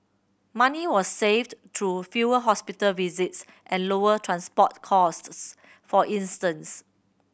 money was saved through fewer hospital visits and lower transport costs for instance